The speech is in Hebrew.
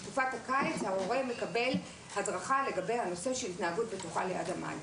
בתקופת הקיץ מקבל הדרכה לגבי הנושא של התנהגות בטוחה ליד המים.